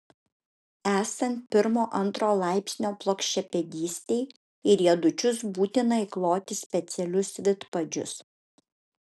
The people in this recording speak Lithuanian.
esant pirmo antro laipsnio plokščiapėdystei į riedučius būtina įkloti specialius vidpadžius